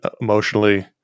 emotionally